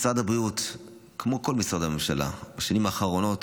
משרד הבריאות כמו כל משרדי הממשלה בשנים האחרונות,